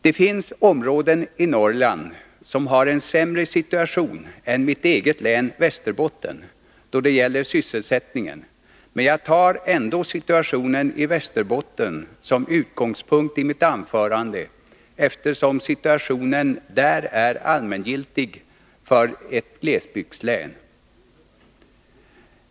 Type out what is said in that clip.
Det finns områden i Norrland som har en sämre situation än mitt eget län Västerbotten då det gäller sysselsättningen, men jag tar ändå situationen i Västerbotten som utgångspunkt i mitt anförande, eftersom situationen där är allmängiltig för ett glesbygdslän.